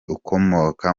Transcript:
ukomoka